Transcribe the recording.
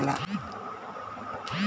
Dairy ఫామ్లో లాభాలు పొందడం ఎలా?